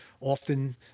often